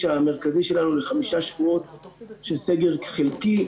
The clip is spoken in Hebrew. המרכזי שלנו לחמישה שבועות של סגר חלקי.